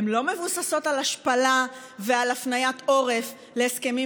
הן לא מבוססות על השפלה ועל הפניית עורף להסכמים